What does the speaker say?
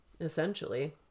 essentially